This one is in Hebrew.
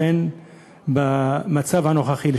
לשפר את המצב הנוכחי.